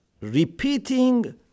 repeating